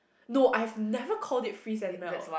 no I've never called it freeze and melt